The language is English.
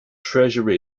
treasure